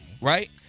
right